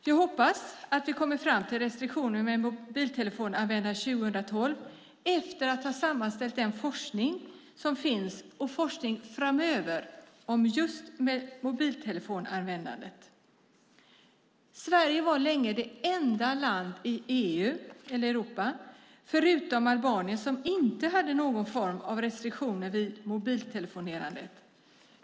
Jag hoppas att vi kommer fram till restriktioner för mobiltelefonanvändandet 2012 efter att ha sammanställt den forskning som redan finns och forskning framöver om just mobiltelefonanvändandet. Sverige var länge det enda land i Europa förutom Albanien som inte hade någon form av restriktioner vid mobiltelefonerande.